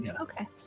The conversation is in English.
Okay